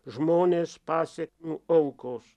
žmonės pasekmių aukos